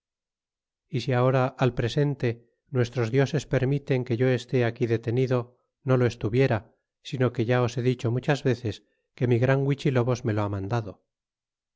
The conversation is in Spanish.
é si aura al presente nuestros dioses permiten que yo esté aquí detenido no lo estuviera sino que ya os he dicho muchas veces que mi gran huichilobos me lo ha mandado